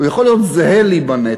הוא יכול להיות זהה לי בנטל.